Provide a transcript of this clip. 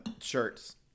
shirts